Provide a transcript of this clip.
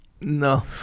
No